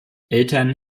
eltern